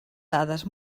dades